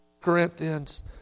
Corinthians